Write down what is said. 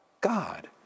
God